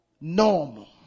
normal